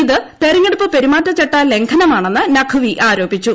ഇത് തെരഞ്ഞെടുപ്പ് പെരുമാറ്റച്ചട്ട ലംഘനമാണെന്ന് നഖ്വി ആരോപിച്ചു